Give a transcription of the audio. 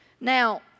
Now